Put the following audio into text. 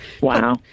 Wow